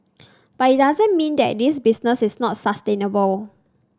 but it doesn't mean that this business is not sustainable